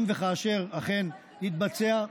אם וכאשר אכן יתבצע.